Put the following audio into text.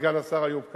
סגן השר איוב קרא,